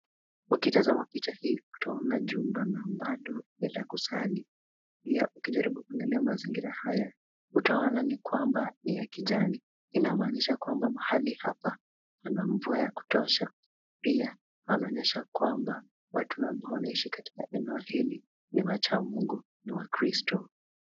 Ukitazama picha hii utaona jumba ambalo ni la kusali. Pia ukijaribu kuangalia mazingira haya, utaona kwamba ni ya kijani. Inamaanisha kwamba mahali hapa pana mvua ya kutosha, pia inaonyesha kwamba watu ambao wanaishi kwa eneo hili ni wacha mungu, ni wakristo.